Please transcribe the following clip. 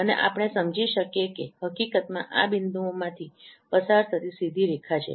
અને આપણે સમજી શકીએ કે હકીકતમાં આ બિંદુઓમાંથી પસાર થતી સીધી રેખા છે